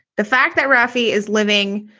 the fact that rafie is living.